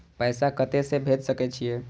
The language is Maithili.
पैसा कते से भेज सके छिए?